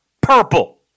Purple